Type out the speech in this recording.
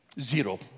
Zero